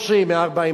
130. 130. 140,